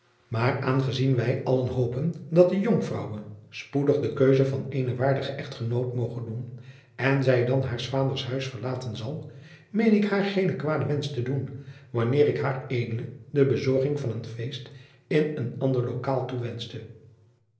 maar aangezien wij allen hopen dat de jonkvrouwe spoedig de keuze van eenen waardigen echtgenoot moge doen en zij dan haars vaders huis verlaten zal meen ik haar geenen kwaden wensch te doen wanneer ik haar edele de bezorging van een feest in een ander lokaal toewensche